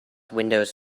windows